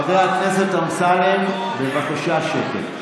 חבר הכנסת אמסלם, בבקשה שקט.